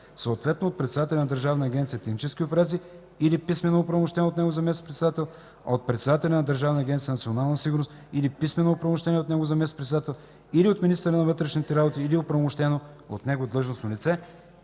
„съответно от председателя на Държавна агенция „Технически операции” или писмено оправомощен от него заместник-председател, от председателя на Държавна агенция „Национална сигурност” или писмено оправомощен от него заместник-председател или от министъра на вътрешните работи или оправомощено от него длъжностно лице”.